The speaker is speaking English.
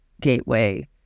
gateway